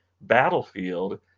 battlefield